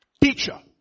teacher